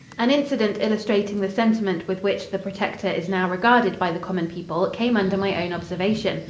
an incident illustrating the sentiment with which the protector is now regarded by the common people came under my own observation.